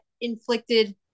inflicted